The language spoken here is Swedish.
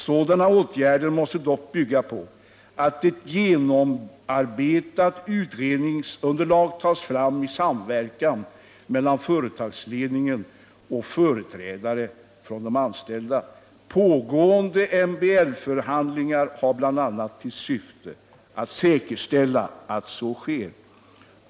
Sådana åtgärder måste dock bygga på att ett genomarbetat utredningsunderlag tas fram i samverkan mellan företagsledningen och företrädare för de anställda. Pågående MBL-förhandlingar har bl.a. till syfte att säkerställa att så sker.